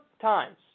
times